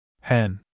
Hen